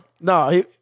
No